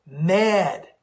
mad